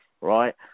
right